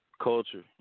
culture